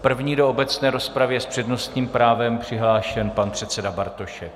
První do obecné rozpravy se s přednostním právem přihlášen pan předseda Bartošek.